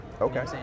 Okay